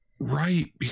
Right